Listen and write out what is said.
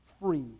free